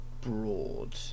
broad